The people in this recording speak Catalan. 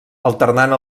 alternant